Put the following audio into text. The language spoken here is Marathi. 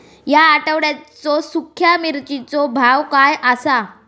या आठवड्याचो सुख्या मिर्चीचो भाव काय आसा?